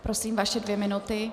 Prosím, vaše dvě minuty.